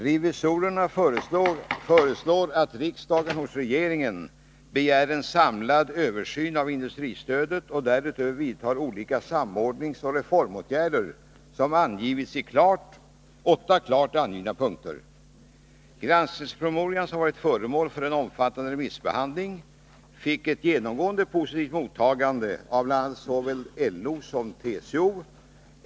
Revisorerna föreslår att riksdagen hos regeringen begär en samlad översyn av industristödet och därutöver vidtar olika samordningsoch reformåtgärder som angivits i åtta klart angivna punkter. Granskningspromemorian, som varit föremål för en omfattande remissbehandling, fick ett genomgående positivt mottagande av såväl LO som TCO.